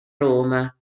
roma